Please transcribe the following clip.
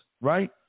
right